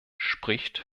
spricht